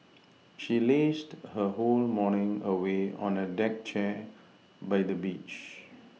she lazed her whole morning away on a deck chair by the beach